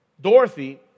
Dorothy